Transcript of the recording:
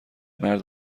مرد